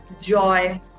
Joy